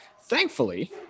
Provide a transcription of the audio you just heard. Thankfully